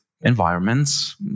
environments